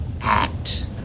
act